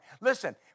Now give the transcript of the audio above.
Listen